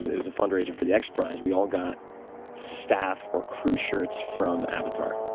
it was a fundraiser for the xprize, we all got staff or crew shirts from avatar.